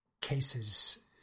cases